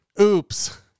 Oops